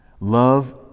Love